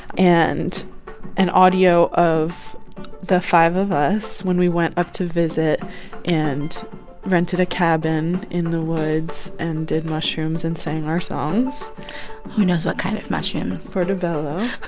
and an audio of the five of us when we went up to visit and rented a cabin in the woods and did mushrooms and sang our songs who knows what kind of mushrooms? portobello